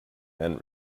then